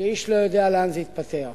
שאיש לא יודע לאן זה יתפתח.